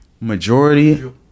Majority